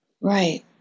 Right